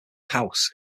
house